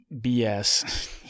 BS